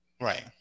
Right